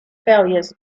failures